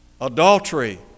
Adultery